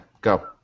Go